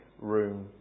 room